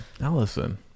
Allison